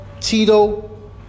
Tito